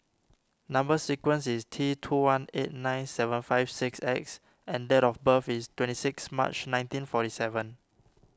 Number Sequence is T two one eight nine seven five six X and date of birth is twenty six March nineteen forty seven